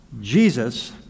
Jesus